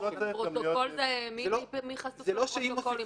מי חשוף לפרוטוקול?